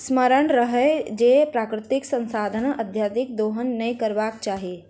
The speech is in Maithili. स्मरण रहय जे प्राकृतिक संसाधनक अत्यधिक दोहन नै करबाक चाहि